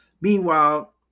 Meanwhile